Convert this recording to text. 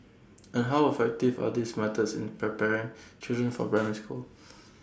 and how effective are these methods in preparing children for primary school